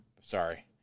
Sorry